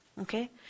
Okay